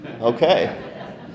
Okay